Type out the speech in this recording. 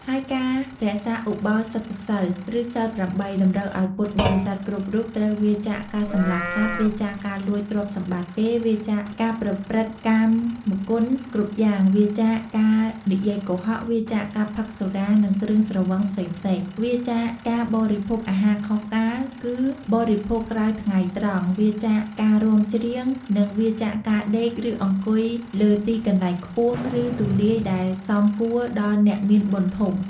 ហើយការរក្សាឧបោសថសីល ឬសីល ៨ តម្រូវឲ្យពុទ្ធបរិស័ទគ្រប់រូបត្រូវ វៀរចាកការសម្លាប់សត្វ វៀរចាកការលួចទ្រព្យសម្បត្តិគេ វៀរចាកការប្រព្រឹត្តកាមគុណគ្រប់យ៉ាង វៀរចាកការនិយាយកុហក វៀរចាកការផឹកសុរា និងគ្រឿងស្រវឹងផ្សេងៗ វៀរចាកការបរិភោគអាហារខុសកាល គឺបរិភោគក្រោយថ្ងៃត្រង់ វៀរចាកការរាំច្រៀង និងវៀរចាកការដេក ឬអង្គុយលើទីកន្លែងខ្ពស់ ឬទូលាយដែលសមគួរដល់អ្នកមានបុណ្យធំ។